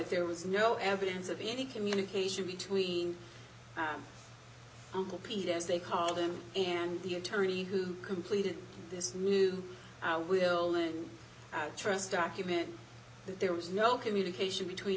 there was no evidence of any communication between uncle peter as they called him and the attorney who completed this new will and trust document that there was no communication between